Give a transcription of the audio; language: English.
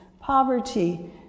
poverty